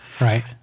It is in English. Right